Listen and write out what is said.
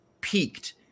peaked